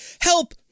Help